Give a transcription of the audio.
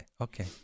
Okay